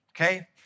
okay